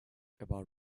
about